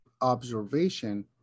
observation